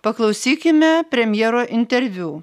paklausykime premjero interviu